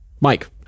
Mike